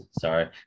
sorry